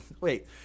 Wait